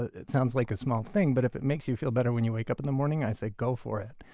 it sounds like a small thing, but if it makes you feel better when you wake up in the morning, i say go for it.